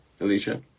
Alicia